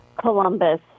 Columbus